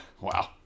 Wow